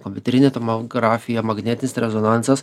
kompiuterinė tomografija magnetinis rezonansas